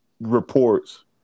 reports